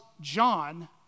John